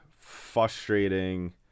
frustrating